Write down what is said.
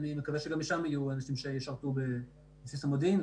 אני מקווה שגם משם יהיו אנשים שישרתו בבסיס המודיעין.